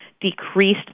decreased